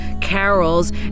carols